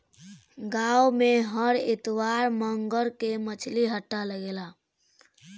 गाँव में हर इतवार मंगर के मछली हट्टा लागेला